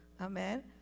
Amen